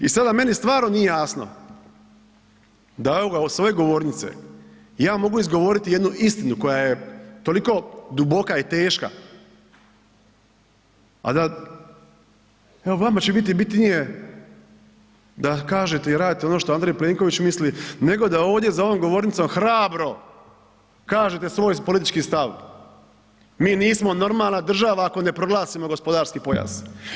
I sada meni stvarno nije jasno da evo ga sa ove govornice ja mogu izgovoriti jednu istinu koja je toliko duboka i teška a da evo vama će biti bitnije da kažete i radite ono što Andrej Plenković misli nego da ovdje za ovom govornicom hrabro kažete svoj politički stav, mi nismo normalna država ako ne proglasimo gospodarski pojas.